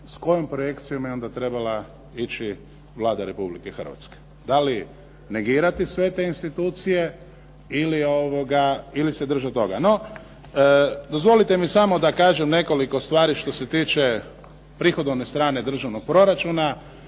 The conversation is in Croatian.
s kojom projekcijom je onda trebala ići Vlada Republike Hrvatske. Da li negirati sve te institucije ili se držati toga? No, dozvolite mi da kažem samo nekoliko stvari što se tiče prihodovne strane državnog proračuna